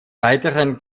weiteren